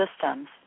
systems